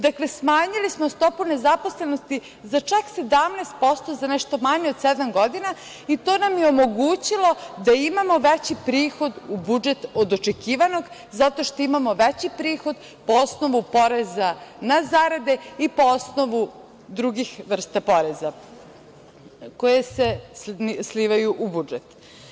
Dakle, smanjili smo stopu nezaposlenosti za čak 17% za nešto manje od sedam godina i to nam je omogućilo da imamo veći prihod u budžet od očekivanog zato što imamo veći prihod po osnovu poreza na zarade i po osnovu drugih vrsta poreza koji se slivaju u budžet.